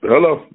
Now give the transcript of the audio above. Hello